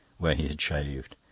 where he had shaved.